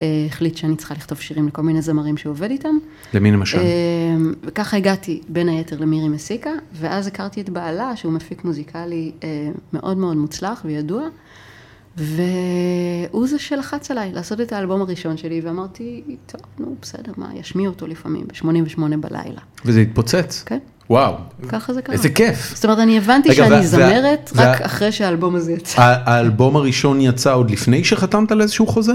החליט שאני צריכה לכתוב שירים לכל מיני זמרים שהוא עובד איתם. למי למשל? וככה הגעתי בין היתר למירי מסיקה, ואז הכרתי את בעלה שהוא מפיק מוזיקלי מאוד מאוד מוצלח וידוע, והוא זה שלחץ עליי לעשות את האלבום הראשון שלי, ואמרתי, טוב, נו בסדר, מה, ישמיעו אותו לפעמים ב-88 בלילה. וזה התפוצץ? כן. וואו. ככה זה קרה. איזה כיף. זאת אומרת, אני הבנתי שאני זמרת רק אחרי שהאלבום הזה יצא. האלבום הראשון יצא עוד לפני שחתמת על איזשהו חוזה?